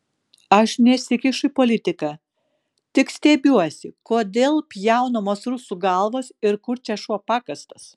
aš nesikišu į politiką tik stebiuosi kodėl pjaunamos rusų galvos ir kur čia šuo pakastas